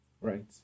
Right